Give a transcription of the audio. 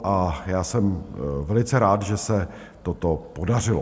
A já jsem velice rád, že se toto podařilo.